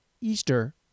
Easter